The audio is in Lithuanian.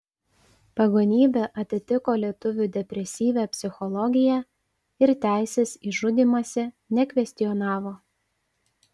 pagonybė atitiko lietuvių depresyvią psichologiją ir teisės į žudymąsi nekvestionavo